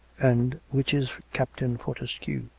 and which is captain fortescue?